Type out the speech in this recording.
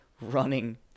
running